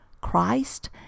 Christ